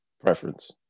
Preference